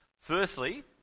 Firstly